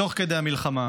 תוך כדי המלחמה,